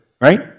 right